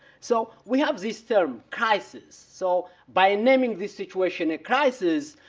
so we have this term crisis. so by naming this situation a crisis,